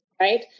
Right